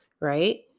right